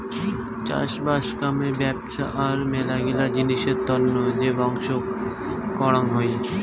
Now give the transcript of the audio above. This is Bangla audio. চাষবাস কামে ব্যপছা আর মেলাগিলা জিনিসের তন্ন যে বংশক করাং হই